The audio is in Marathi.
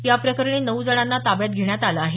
याप्रकरणी नऊ जणांना ताब्यात घेण्यात आलं आहे